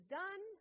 done